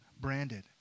branded